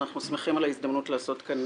אנחנו שמחים על ההזדמנות לעשות כאן